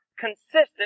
Consistent